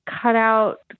cutout